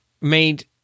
made